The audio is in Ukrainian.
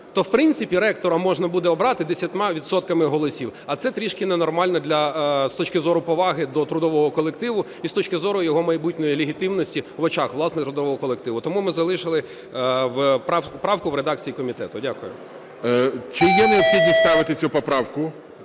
то, в принципі, ректора можна буде обрати 10 відсотками голосів, а це трішки ненормально з точки зору поваги до трудового колективу і з точки зору його майбутньої легітимності в очах власного трудового колективу. Тому ми залишили правку в редакції комітету. Дякую. ГОЛОВУЮЧИЙ. Чи є необхідність ставити цю поправку?